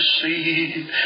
see